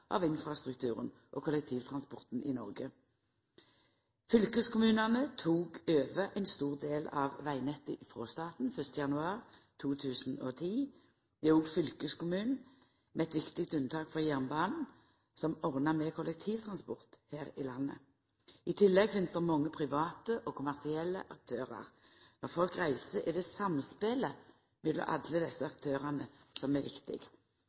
av infrastrukturen og kollektivtransporten i Noreg. Fylkeskommunane tok over ein stor del av vegnettet frå staten 1. januar 2010. Det er òg fylkeskommunen – med eit viktig unntak for jernbanen – som ordnar med kollektivtransport her i landet. I tillegg finst det mange private og kommersielle aktørar. Når folk reiser, er det samspelet mellom alle desse aktørane som er viktig.